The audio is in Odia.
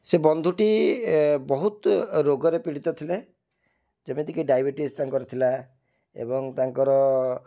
ସେ ବନ୍ଧୁଟି ବହୁତ ରୋଗରେ ପୀଡ଼ିତ ଥିଲେ ଯେମିତିକି ଡାଇବେଟିସ୍ ତାଙ୍କର ଥିଲା ଏବଂ ତାଙ୍କର